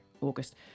August